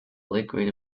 liquid